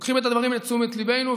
לוקחים את הדברים לתשומת ליבנו,